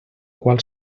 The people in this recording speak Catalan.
qual